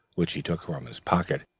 which he took from his pocket,